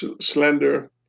slender